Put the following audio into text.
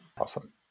Awesome